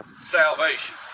salvation